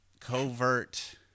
covert